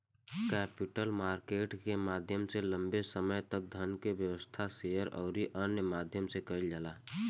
capital market के माध्यम से लंबे समय तक धन के व्यवस्था, शेयर अउरी अन्य माध्यम से कईल जाता